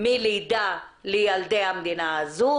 מלידה לילדי המדינה הזו.